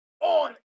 on